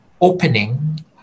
opening